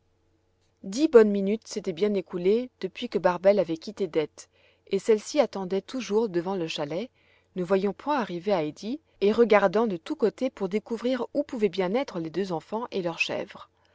dix bonnes minutes s'étaient bien écoulées depuis que barbel avait quitté dete et celle-ci attendait toujours devant le chalet ne voyant point arriver heidi et regardant de tous côtés pour découvrir où pouvaient bien être les deux enfants et leurs chèvres